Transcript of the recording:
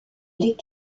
les